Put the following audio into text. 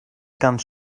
ganz